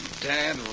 Dan